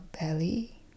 belly